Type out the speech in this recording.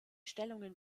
stellungen